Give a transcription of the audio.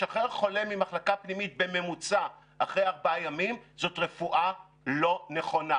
לשחרר חולה ממחלקה פנימית בממוצע אחרי ארבעה ימים זאת רפואה לא נכונה,